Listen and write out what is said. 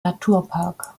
naturpark